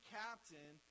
captain